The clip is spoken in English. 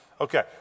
Okay